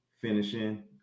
finishing